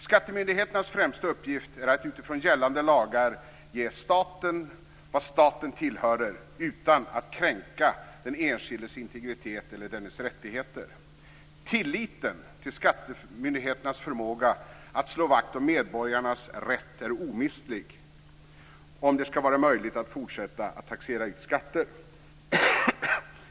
Skattemyndigheternas främsta uppgift är att utifrån gällande lagar ge staten vad staten tillhör utan att kränka den enskildes integritet eller dennes rättigheter. Tilliten till skattemyndigheternas förmåga att slå vakt om medborgarnas rätt är omistlig om det skall vara möjligt att fortsätta att taxera ut skatter.